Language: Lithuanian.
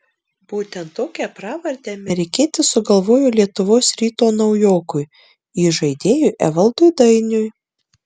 būtent tokią pravardę amerikietis sugalvojo lietuvos ryto naujokui įžaidėjui evaldui dainiui